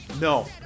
No